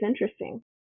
interesting